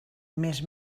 mes